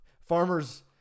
farmers –